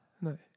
No